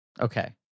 okay